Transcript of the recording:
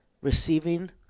receiving